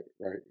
right